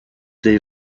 des